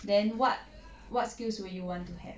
then what what skills will you want to have